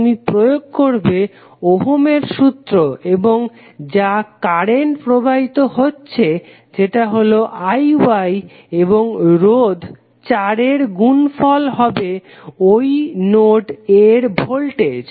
তুমি প্রয়োগ করবে ওহমের সূত্র Ohms law এবং যা কারেন্ট প্রবাহিত হচ্ছে যেটা হলো IY এবং রোধ 4 এর গুনফল হবে নোড A এর ভোল্টেজ